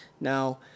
Now